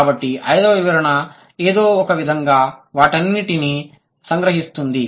కాబట్టి ఐదవ వివరణ ఏదో ఒకవిధంగా వాటన్నింటినీ సంగ్రహిస్తుంది